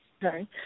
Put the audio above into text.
Sorry